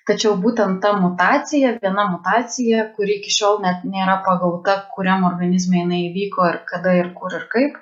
tačiau būtent ta mutacija viena mutacija kuri iki šiol net nėra pagauta kuriam organizme jinai įvyko ir kada ir kur ir kaip